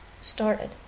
started